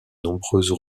nombreuses